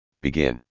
begin